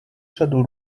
řadu